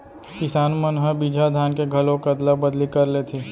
किसान मन ह बिजहा धान के घलोक अदला बदली कर लेथे